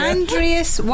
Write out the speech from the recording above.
Andreas